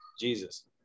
Jesus